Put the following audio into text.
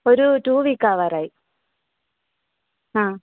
ഒരു ടൂ വീക്കാവാറായി ആ